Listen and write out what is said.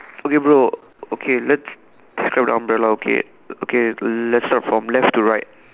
okay bro okay let's test our umbrella okay okay let's start from left to right